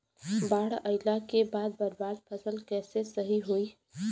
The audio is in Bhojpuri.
बाढ़ आइला के बाद बर्बाद फसल कैसे सही होयी?